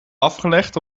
afgelegd